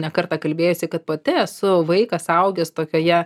ne kartą kalbėjusi kad pati esu vaikas augęs tokioje